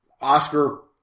Oscar